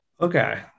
Okay